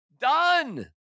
Done